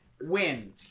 win